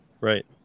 Right